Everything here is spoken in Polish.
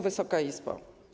Wysoka Izbo!